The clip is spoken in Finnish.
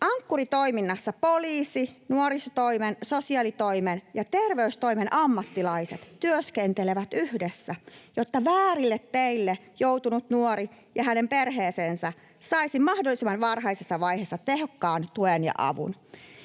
Ankkuri-toiminnassa poliisin, nuorisotoimen, sosiaalitoimen ja terveystoimen ammattilaiset työskentelevät yhdessä, jotta väärille teille joutunut nuori ja hänen perheensä saisivat mahdollisimman varhaisessa vaiheessa tehokkaan tuen ja avun.